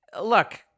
Look